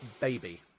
baby